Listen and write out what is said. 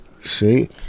See